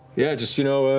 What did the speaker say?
yeah, just you know,